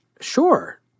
sure